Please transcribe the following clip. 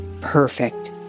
Perfect